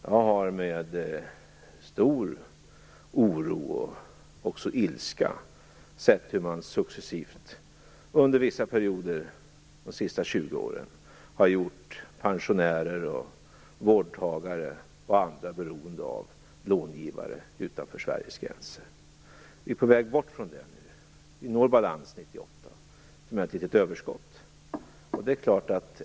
Jag har med stor oro och också ilska sett hur man successivt under vissa perioder under de senaste 20 åren har gjort pensionärer, vårdtagare och andra beroende av långivare utanför Sveriges gränser. Vi är på väg bort från det nu. Vi når balans 1998, t.o.m. ett litet överskott.